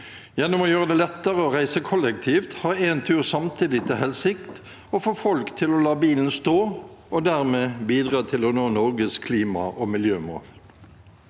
Gjennom å gjøre det lettere å reise kollektivt har Entur samtidig til hensikt å få folk til å la bilen stå og dermed bidra til å nå Norges klima- og miljømål.